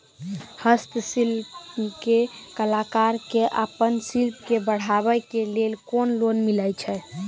हस्तशिल्प के कलाकार कऽ आपन शिल्प के बढ़ावे के लेल कुन लोन मिलै छै?